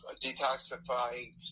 detoxifying